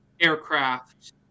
aircraft